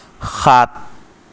সাত